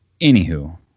anywho